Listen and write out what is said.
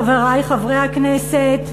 חברי חברי הכנסת,